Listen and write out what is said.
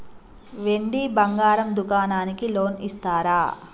వెండి బంగారం దుకాణానికి లోన్ ఇస్తారా?